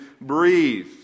breathe